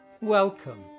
Welcome